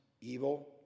evil